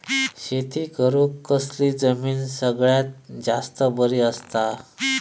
शेती करुक कसली जमीन सगळ्यात जास्त बरी असता?